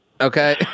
Okay